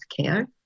care